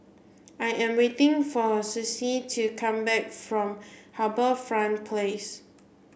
I am waiting for Sussie to come back from HarbourFront Place